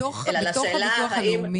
בתוך הביטוח הלאומי.